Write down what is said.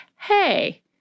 hey